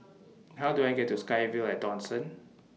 How Do I get to SkyVille At Dawson